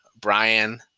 Brian